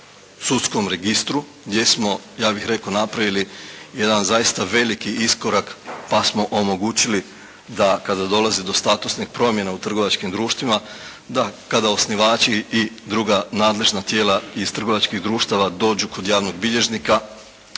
sudskom registru gdje smo ja bih rekao napravili jedan zaista veliki iskorak pa smo omogućili da kada dolazi do statusnih promjena u trgovačkim društvima, da kada osnivači i druga nadležna tijela iz trgovačkih društava dođu kod javnog bilježnika,